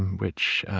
which